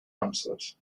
answered